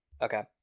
Okay